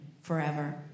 forever